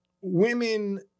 women